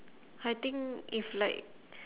I think if like